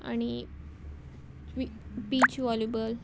आणी बी beach volleyball